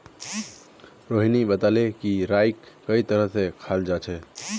रोहिणी बताले कि राईक कई तरह स खाल जाछेक